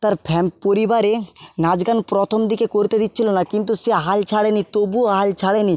তার পরিবারে নাচ গান প্রথম দিকে করতে দিচ্ছিলো না কিন্তু সে হাল ছাড়ে নি তবুও হাল ছাড়ে নি